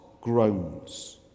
groans